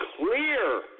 clear